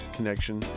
Connection